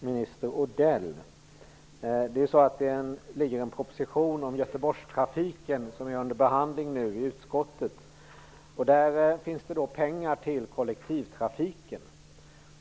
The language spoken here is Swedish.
Herr talman! Jag har en fråga till kommunikationsminister Mats Odell. Det finns ju en proposition om Göteborgstrafiken. Propositionen är nu under behandling i utskottet. I propositionen finns det pengar till kollektivtrafiken.